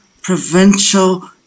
provincial